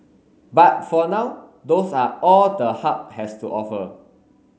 but for now those are all the hub has to offer